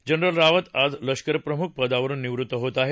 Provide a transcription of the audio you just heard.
general Rawat आज लष्कर प्रमुख पदावरुन निवृत्त होत आहेत